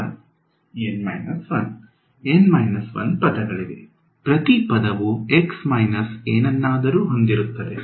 N 1 N 1 ಪದಗಳಿವೆ ಪ್ರತಿ ಪದವು x ಮೈನಸ್ ಏನನ್ನಾದರೂ ಹೊಂದಿರುತ್ತದೆ